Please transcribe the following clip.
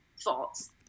thoughts